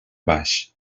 baix